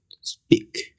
speak